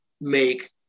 make